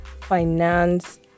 finance